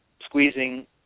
squeezing